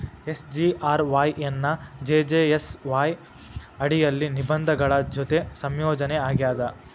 SGRY ಎನ್ನಾ JJSY ಅಡಿಯಲ್ಲಿ ನಿಬಂಧನೆಗಳ ಜೊತಿ ಸಂಯೋಜನಿ ಆಗ್ಯಾದ